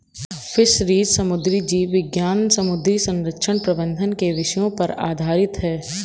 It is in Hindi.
फिशरीज समुद्री जीव विज्ञान समुद्री संरक्षण प्रबंधन के विषयों पर आधारित है